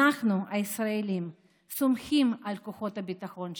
אנחנו הישראלים סומכים על כוחות הביטחון שלנו.